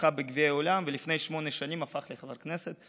זכה בגביע העולם, ולפני שמונה שנים הפך לחבר כנסת.